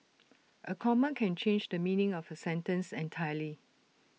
A comma can change the meaning of A sentence entirely